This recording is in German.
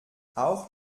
auch